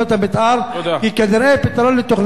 כי כנראה פתרון לתוכניות המיתאר לא יבוא.